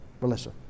Melissa